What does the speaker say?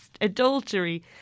adultery